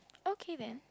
okay then